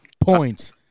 points